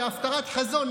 בהפטרת חזון.